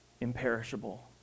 imperishable